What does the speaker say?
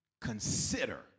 consider